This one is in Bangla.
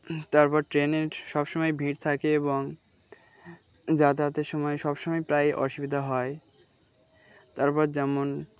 তারপর ট্রেনের সব সময় ভিড় থাকে এবং যাতায়াতের সময় সব সময় প্রায় অসুবিধা হয় তারপর যেমন